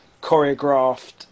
choreographed